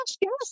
yes